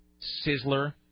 Sizzler